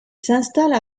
s’installent